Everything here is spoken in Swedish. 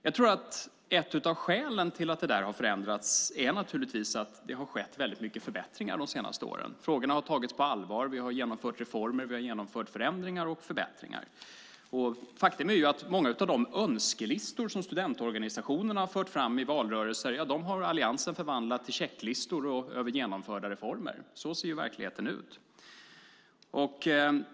Jag tror att ett av skälen till att detta har förändrats är att det har skett många förbättringar under de senaste åren. Frågorna har tagits på allvar. Vi har genomfört reformer, förändringar och förbättringar. Faktum är att många av de önskelistor som studentorganisationerna har fört fram i valrörelser har Alliansen förvandlat till checklistor och listor över genomförda reformer. Så ser verkligheten ut.